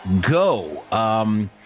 go